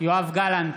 יואב גלנט,